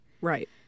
Right